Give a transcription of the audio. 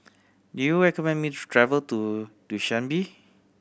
do you recommend me to travel to Dushanbe